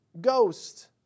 Ghost